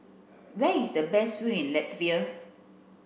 where is the best view in Latvia